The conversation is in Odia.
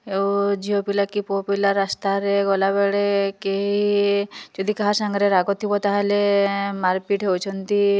କେଉଁ ଝିଅପିଲା କି ପୁଅପିଲା ରାସ୍ତାରେ ଗଲାବେଳେ କେହି ଯଦି କାହା ସାଙ୍ଗରେ ରାଗଥିବ ତାହେଲେ ମାରପିଟ ହେଉଛନ୍ତି